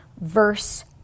verse